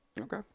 Okay